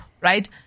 right